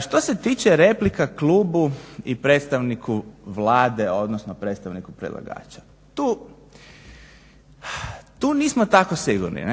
Što se tiče replika klubu i predstavniku Vlade, odnosno predstavniku predlagača, tu nismo tako sigurni.